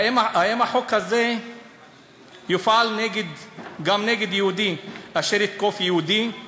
האם החוק הזה יופעל גם נגד יהודי אשר יתקוף יהודי כי